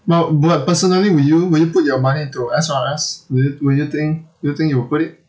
now but personally would you would you put your money into S_R_S would you would you think do you think you will put it